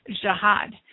jihad